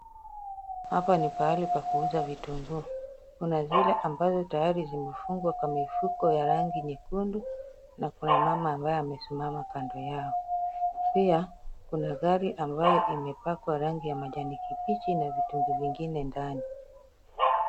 Hapa ni pahali pa kuuza vitunguu. Kuna zile ambazo tayari zimefungwa kwa mifuko ya rangi nyekundu na kuna mama ambaye amesimama kando yao. Pia kuna gari ambayo imepakwa rangi ya majani kibichi na vitunguu vingine ndani.